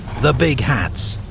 the big hats,